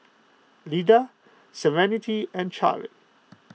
Lida Serenity and Charle